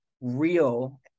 real